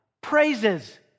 praises